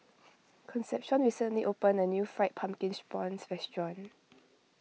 Concepcion recently opened a new Fried Pumpkin's Prawns restaurant